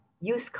use